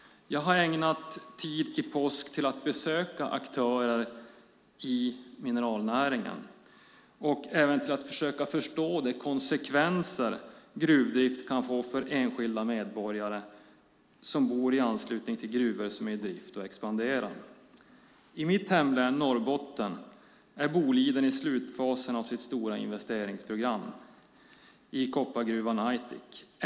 Jag har ägnat tid i påsk till att besöka aktörer inom mineralnäringen och även till att försöka förstå de konsekvenser gruvdrift kan få för enskilda medborgare som bor i anslutning till gruvor som är i drift och expanderar. I mitt hemlän Norrbotten är Boliden i slutfasen av sitt stora investeringsprogram i koppargruvan Aitik.